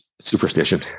Superstition